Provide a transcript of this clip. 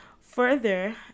Further